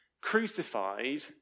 crucified